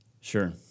Sure